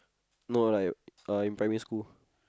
no like uh in primary school